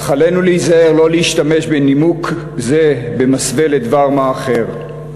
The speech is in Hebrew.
אך עלינו להיזהר לא להשתמש בנימוק זה במסווה לדבר מה אחר.